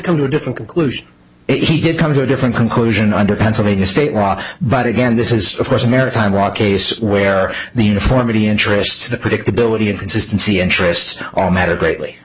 come to a different conclusion he did come to a different conclusion under pennsylvania state law but again this is of course maritime law case where the uniformity interests the predictability and consistency interests all matter greatly